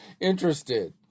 interested